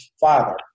father